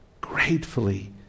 gratefully